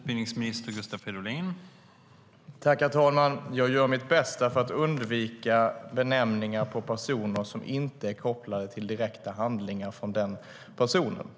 Herr talman! Jag gör mitt bästa för att undvika benämningar på personer som inte är kopplade till direkta handlingar från den personen.